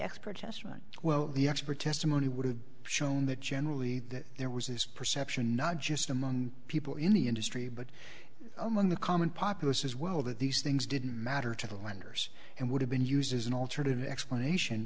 testimony well the expert testimony would have shown that generally that there was this perception not just among people in the industry but among the common populace as well that these things didn't matter to the lenders and would have been used as an alternative explanation